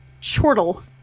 chortle